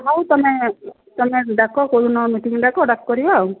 ହଉ ତୁମେ ତୁମେ ଡାକ କେଉଁଦିନ ମିଟିଂ ଡାକ କରିବା ଆଉ